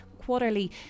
quarterly